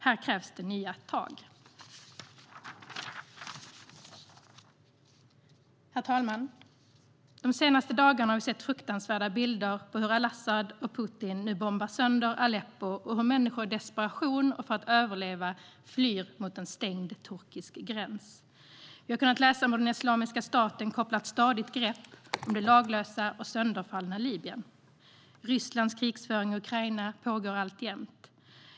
Här krävs nya tag. Herr talman! De senaste dagarna har vi sett fruktansvärda bilder på hur al-Asad och Putin bombar sönder Aleppo och hur människor i desperation och för att överleva flyr mot en stängd turkisk gräns. Vi har kunnat läsa om hur Islamiska staten kopplar ett stadigt grepp om det laglösa och sönderfallna Libyen. Rysslands krigföring i Ukraina pågår alltjämt.